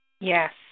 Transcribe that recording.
Yes